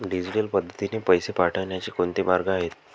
Digital पद्धतीने पैसे पाठवण्याचे कोणते मार्ग आहेत?